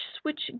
switch